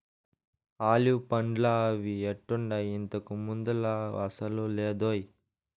olive పండ్లా అవి ఎట్టుండాయి, ఇంతకు ముందులా అసలు లేదోయ్